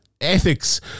ethics